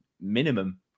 Minimum